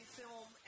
film